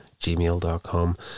gmail.com